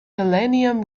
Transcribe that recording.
millennium